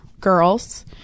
girls